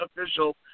official